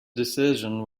decision